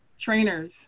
trainers